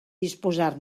disposar